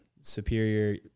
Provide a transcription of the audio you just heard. superior